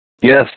Yes